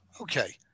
Okay